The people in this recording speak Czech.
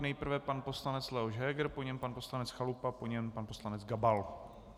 Nejprve pan poslanec Leoš Heger, po něm pan poslanec Chalupa, po něm pan poslanec Gabal.